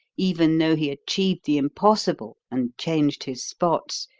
even though he achieved the impossible and changed his spots,